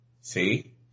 see